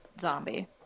zombie